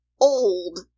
old